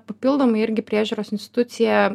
papildomai irgi priežiūros institucija